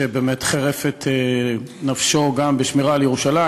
שבאמת חירף את נפשו גם בשמירה על ירושלים,